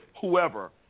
whoever